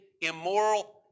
immoral